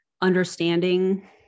understanding